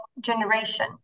generation